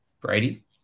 Brady